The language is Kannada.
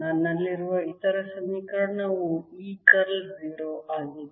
ನನ್ನಲ್ಲಿರುವ ಇತರ ಸಮೀಕರಣವು E ಕರ್ಲ್ 0 ಆಗಿದೆ